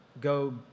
go